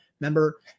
Remember